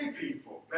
people